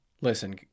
listen